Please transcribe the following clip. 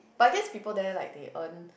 but I guess people there like they earn